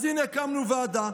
אז הינה, הקמנו ועדה.